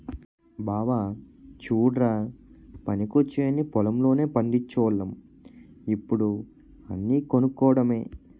బావా చుడ్రా పనికొచ్చేయన్నీ పొలం లోనే పండిచోల్లం ఇప్పుడు అన్నీ కొనుక్కోడమే